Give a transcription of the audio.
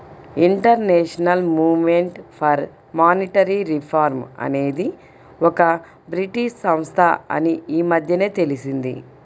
international movement for monetary reform అనేది ఒక British సంస్థ అని ఈ మధ్యనే తెలిసింది